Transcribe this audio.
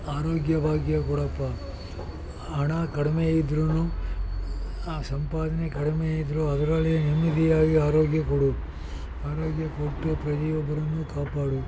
ಆರೋಗ್ಯ ಭಾಗ್ಯ ಕೊಡಪ್ಪ ಹಣ ಕಡಿಮೆ ಇದ್ದರೂ ಸಂಪಾದನೆ ಕಡಿಮೆ ಇದ್ದರು ಅದರಲ್ಲಿ ನೆಮ್ಮದಿಯಾಗಿ ಆರೋಗ್ಯ ಕೊಡು ಆರೋಗ್ಯ ಕೊಟ್ಟು ಪ್ರತಿಯೊಬ್ಬರನ್ನು ಕಾಪಾಡು